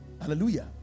Hallelujah